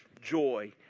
joy